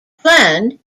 clan